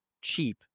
cheap